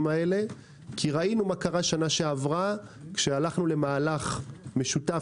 כי ראינו מה קרה שנה שעברה כשהלכנו למהלך משותף